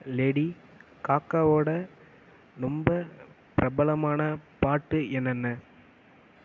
lady காக்காவோட ரொம்ப பிரபலமான பாட்டு என்னென்ன